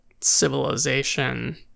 civilization